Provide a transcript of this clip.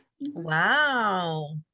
Wow